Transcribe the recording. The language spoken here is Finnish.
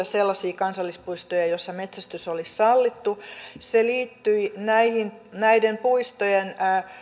sellaisia kansallispuistoja joissa metsästys oli sallittu se liittyi näiden puistojen